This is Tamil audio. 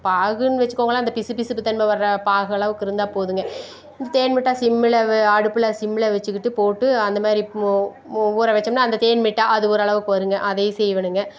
பாகுன்னு வச்சுக்கோங்களேன் அந்த பிசுப்பிசுப்பு தன்மை வர்ற பாகு அளவுக்கு இருந்தால் போதுங்க தேன் மிட்டாய் சிம்முல அடுப்புல சிம்ல வச்சுக்கிட்டு போட்டு அந்த மாதிரி ஊற வச்சோம்ன்னா அந்த தேன் மிட்டாய் அது ஓரளவுக்கு வருங்க அதையும் செய்வேனுங்க